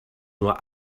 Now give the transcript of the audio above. nur